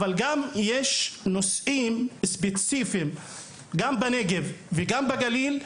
אבל יש מקצועות ספציפיים בנגב ובגליל,